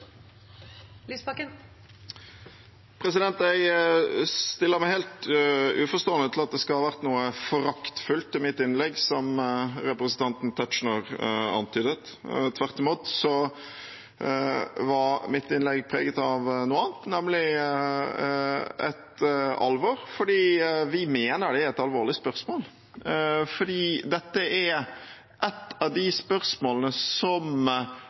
Jeg stiller meg helt uforstående til at det skal ha vært noe foraktfullt i mitt innlegg, slik representanten Tetzschner antydet. Tvert imot var mitt innlegg preget av noe annet, nemlig et alvor, fordi vi mener det er et alvorlig spørsmål. Dette er et av de spørsmålene som